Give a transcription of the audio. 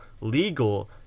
legal